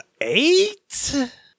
eight